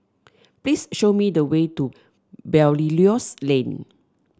please show me the way to Belilios Lane